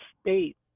state